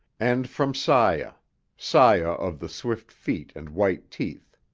and from saya saya of the swift feet and white teeth,